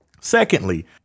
Secondly